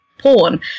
porn